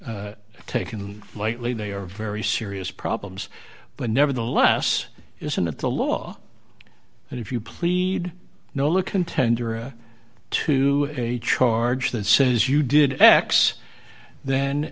taken lightly they are very serious problems but nevertheless isn't that the law and if you plead nolo contendere to a charge that says you did x then